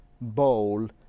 bowl